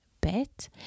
Bet